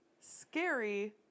scary